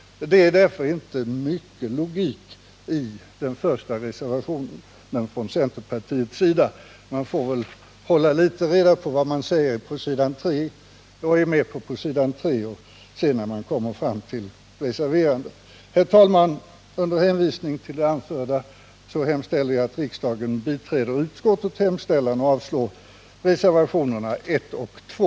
Det är därför inte mycket logik i reservationen 1. Man får väl hålla litet reda på vad man är med på i utskottets skrivning när man sedan kommer fram till reservationen. Herr talman! Med hänvisning till det anförda hemställer jag att riksdagen bifaller utskottets hemställan och avslår reservationerna 1 och 2.